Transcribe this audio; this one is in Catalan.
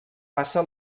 passa